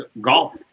golf